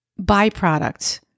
byproduct